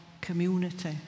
community